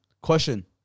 Question